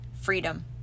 freedom